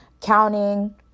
counting